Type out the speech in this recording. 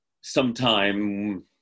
sometime